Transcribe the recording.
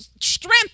strength